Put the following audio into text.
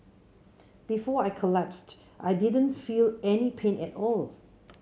before I collapsed I didn't feel any pain at all